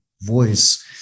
voice